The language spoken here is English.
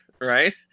right